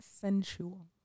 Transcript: Sensual